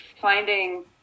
finding